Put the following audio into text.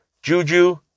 Juju